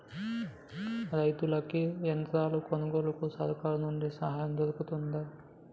రైతులకి యంత్రాలు కొనుగోలుకు సర్కారు నుండి సాయం దొరుకుతదా?